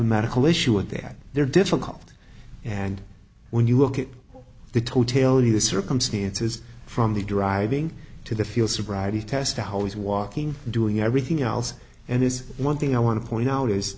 of medical issue and that they're difficult and when you look at the totality the circumstances from the driving to the field sobriety test how he's walking doing everything else and this one thing i want to point out is